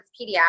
pediatrics